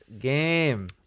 game